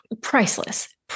Priceless